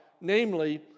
namely